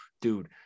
dude